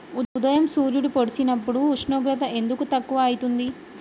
ఉదయం సూర్యుడు పొడిసినప్పుడు ఉష్ణోగ్రత ఎందుకు తక్కువ ఐతుంది?